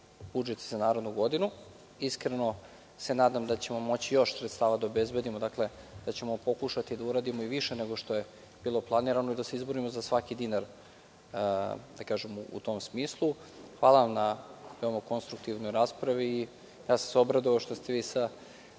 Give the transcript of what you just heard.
budžet za narednu godinu. Iskreno se nadam da ćemo moći još sredstava da obezbedimo, da ćemo pokušati da uradimo i više nego što je bilo planirano i da se izborimo za svaki dinar, u tom smislu. Hvala na konstruktivnoj raspravi i ja sam se obradovao što ste vi sa